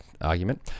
argument